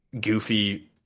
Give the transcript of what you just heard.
goofy